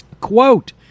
Quote